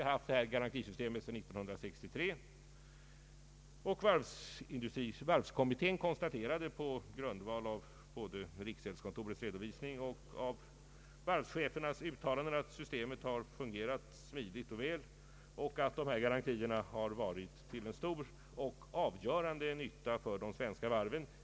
Det nuvarande garantisystemet har funnits sedan 1963, och varvskommittén har konstaterat på grundval av både riksgäldskontorets redovisning och varvschefens uttalanden att systemet fungerat smidigt och väl och att garantierna varit till stor och avgörande nytta för de svenska varven.